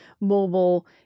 mobile